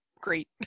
great